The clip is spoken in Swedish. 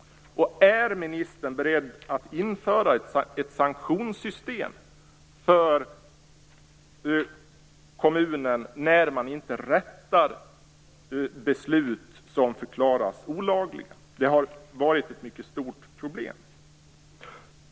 Är ministern beredd att införa ett sanktionssystem för kommunen när den inte rättar till beslut som förklaras olagliga? Det har varit ett mycket stort problem.